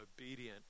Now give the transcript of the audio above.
obedient